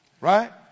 Right